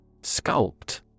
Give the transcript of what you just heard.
Sculpt